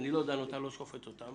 אני לא דן ולא שופט אותן,